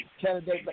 candidate